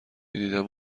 میدیدم